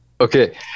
Okay